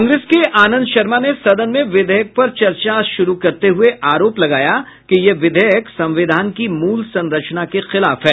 कांग्रेस के आनंद शर्मा ने सदन में विधेयक पर चर्चा शुरू करते हुए आरोप लगाया कि यह विधेयक संविधान की मूल संरचना के खिलाफ है